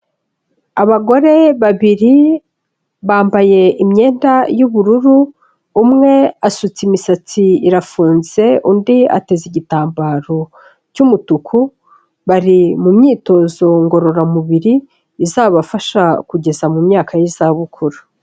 Abagore babiri bambaye imyenda y'ubururu, umwe asutse imisatsi irafunze, undi ateze igitambaro cy'umutuku bari mu myitozo ngororamubiri, izabafasha kugeza mu myaka y'izabukuru.